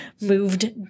moved